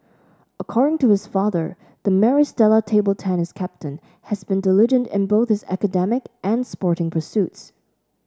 according to his father the Maris Stella table tennis captain has been diligent in both his academic and sporting pursuits